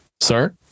sir